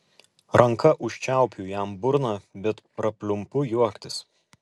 ranka užčiaupiu jam burną bet prapliumpu juoktis